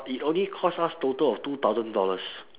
it only cost us total of two thousand dollars